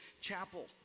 chapel